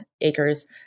acres